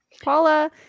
paula